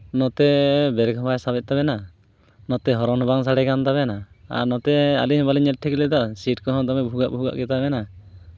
ᱱᱚᱛᱮ ᱵᱮᱨᱮᱠᱦᱚᱸ ᱵᱟᱭ ᱥᱟᱵᱮᱫ ᱛᱟᱵᱮᱱᱟ ᱱᱚᱛᱮ ᱦᱚᱨᱮᱱᱦᱚᱸ ᱵᱟᱝ ᱥᱟᱰᱮᱠᱟᱱ ᱛᱟᱵᱮᱱᱟ ᱟᱨ ᱱᱚᱛᱮ ᱟᱞᱤᱧᱦᱚᱸ ᱵᱟᱹᱞᱤᱧ ᱧᱮᱞᱴᱷᱤᱠ ᱞᱮᱫᱟ ᱥᱤᱴ ᱠᱚᱦᱚᱸ ᱫᱚᱢᱮ ᱵᱷᱩᱜᱟᱹᱜ ᱵᱷᱩᱜᱟᱹᱜ ᱜᱮᱛᱟᱵᱮᱱᱟ